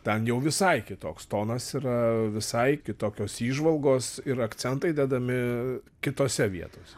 ten jau visai kitoks tonas yra visai kitokios įžvalgos ir akcentai dedami kitose vietose